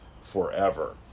forever